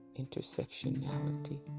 intersectionality